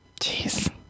Jeez